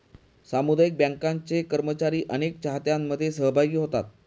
सामुदायिक बँकांचे कर्मचारी अनेक चाहत्यांमध्ये सहभागी होतात